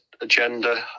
agenda